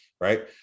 Right